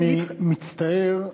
אני מצטער.